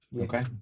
Okay